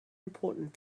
important